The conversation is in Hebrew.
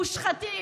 מושחתים,